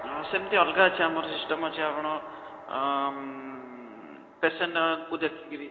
ହଁ ସେମିତି ଅଲଗା ଆମର ସିଷ୍ଟମ୍ ଅଛି ଆପଣ ପେସେଣ୍ଟକୁ ଦେଖି କରି